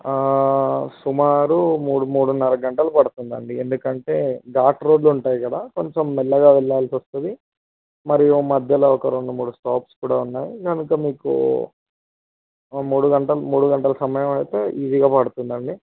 సుమారు మూడు మూడున్నర గంటలు పడుతుంది అండి ఎందుకంటే ఘాట్ రోడ్లు ఉంటాయి కదా కొంచెం మెల్లగా వెళ్ళాల్సి వస్తుంది మరియు మధ్యలో రెండు మూడు స్టాప్స్ కూడా ఉన్నాయి కనుక మీకు ఓ మూడు గంటలు మూడు గంటల సమయం అయితే ఈజీగా పడుతుంది అండి